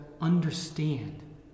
understand